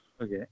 okay